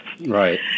Right